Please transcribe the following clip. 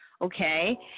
Okay